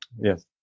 Yes